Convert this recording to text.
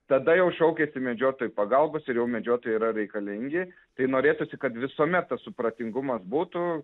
tada jau šaukiasi medžiotojų pagalbos ir jau medžiotojai yra reikalingi tai norėtųsi kad visuomet tas supratingumas būtų